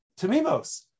tamimos